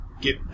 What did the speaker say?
get